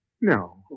No